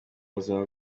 buzima